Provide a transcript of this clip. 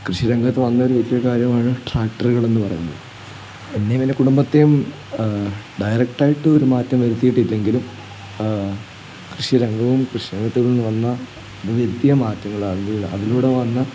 കൃഷിരംഗത്ത് വന്നൊരു വലിയ കാര്യമാണ് ട്രാക്ടറുകളെന്നു പറയുന്നത് എന്നെയും എൻ്റെ കുടുംബത്തെയും ഡയറക്റ്റായിട്ട് ഒരു മാറ്റം വരുത്തിയിട്ടില്ലെങ്കിലും കൃഷിരംഗവും കൃഷിരംഗത്തു നിന്ന് വന്ന നിത്യ മാറ്റങ്ങളറിഞ്ഞൂട അതിലൂടെ വന്ന